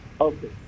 Okay